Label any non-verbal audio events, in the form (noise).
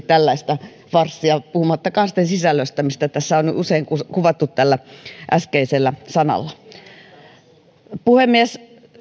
(unintelligible) tällaista farssia nähnyt myöskään menettelytavallisesti puhumattakaan sitten sisällöstä mitä tässä on on usein kuvattu tällä äskeisellä sanalla puhemies